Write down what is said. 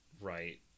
Right